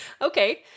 Okay